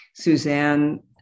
Suzanne